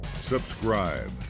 subscribe